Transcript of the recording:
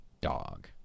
dog